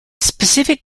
specific